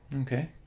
Okay